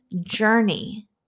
journey